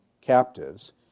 captives